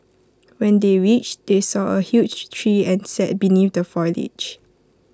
when they reached they saw A huge tree and sat beneath the foliage